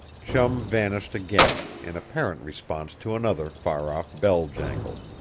chum vanished again in apparent response to another far-off bell jangle.